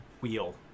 wheel